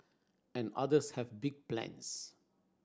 and others have big plans